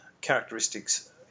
characteristics